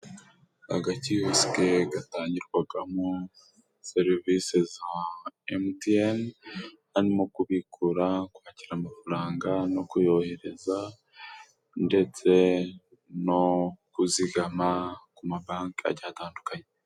Agakiyosike gatangirwagamo serivisi za Emutiyeni, arimo kubikura kwakira amafaranga no kuyohereza ndetse no kuzigama ku mabanki agiye atandukanye.